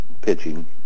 pitching